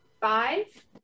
five